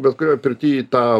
bet kurioj pirty tą